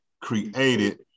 created